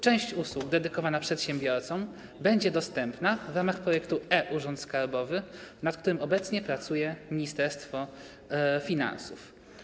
Część usług dedykowana przedsiębiorcom będzie dostępna w ramach projektu e-Urząd Skarbowy, nad którym obecnie pracuje Ministerstwo Finansów.